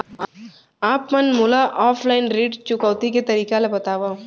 आप मन मोला ऑफलाइन ऋण चुकौती के तरीका ल बतावव?